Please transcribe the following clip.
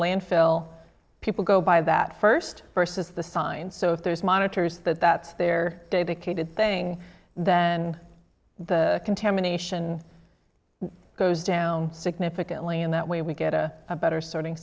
landfill people go by that first versus the sign so if there's monitors that that's there david kay good thing than the contamination goes down significantly and that way we get a better sorting